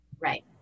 Right